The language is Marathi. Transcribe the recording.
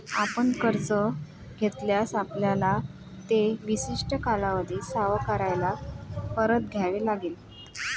आपण कर्ज घेतल्यास, आपल्याला ते विशिष्ट कालावधीत सावकाराला परत द्यावे लागेल